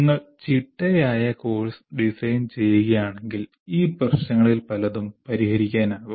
നിങ്ങൾ ചിട്ടയായ course design ചെയ്യുകയാണെങ്കിൽ ഈ പ്രശ്നങ്ങളിൽ പലതും പരിഹരിക്കാനാകും